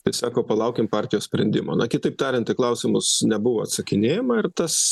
tai sako palaukim partijos sprendimo na kitaip tariant į klausimus nebuvo atsakinėjama ir tas